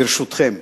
ברשותכם.